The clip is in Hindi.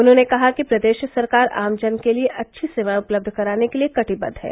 उन्होंने कहा कि प्रदेश सरकार आम जन के लिये अच्छी सेवायें उपलब्ध कराने के लिये कटिबद्व है